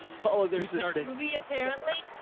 paula, there's this movie apparently,